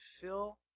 fill